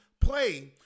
play